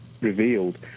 revealed